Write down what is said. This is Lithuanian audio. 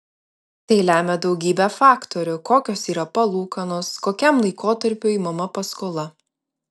tai lemia daugybė faktorių kokios yra palūkanos kokiam laikotarpiui imama paskola